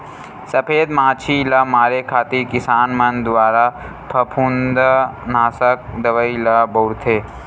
सफेद मांछी ल मारे खातिर किसान मन दुवारा फफूंदनासक दवई ल बउरथे